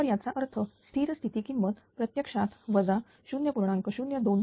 तर याचा अर्थ स्थिर स्थिती किंमत प्रत्यक्षात वजा 0